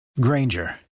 Granger